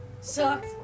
Sucked